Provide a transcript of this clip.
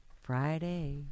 Friday